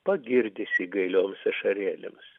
pagirdys jį gailioms ašarėlėms